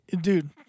dude